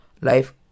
life